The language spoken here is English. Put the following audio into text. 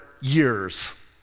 years